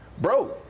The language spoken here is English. bro